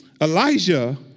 Elijah